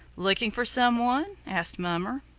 looking for some one? asked mummer,